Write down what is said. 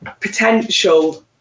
potential